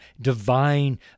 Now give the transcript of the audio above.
divine